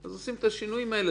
עושים את השינויים האלה.